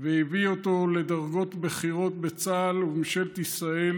והביאו אותו לדרגות בכירות בצה"ל ובממשלת ישראל